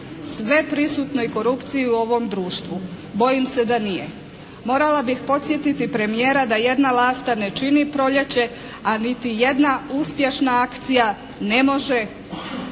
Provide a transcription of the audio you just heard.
sveprisutnoj korupciji u ovom društvu. Bojim se da nije. Morala bih podsjetiti premijera da jedna lasta ne čini proljeće, a niti jedna uspješna akcija ne može